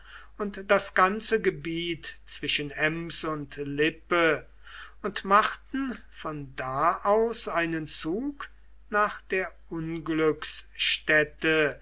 und das ganze gebiet zwischen ems und lippe und machten von da aus einen zug nach der